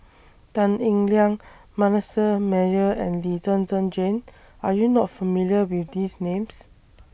Tan Eng Liang Manasseh Meyer and Lee Zhen Zhen Jane Are YOU not familiar with These Names